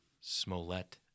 Smollett